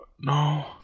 No